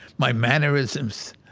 my mannerisms,